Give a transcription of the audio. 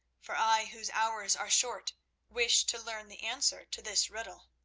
for i whose hours are short wish to learn the answer to this riddle.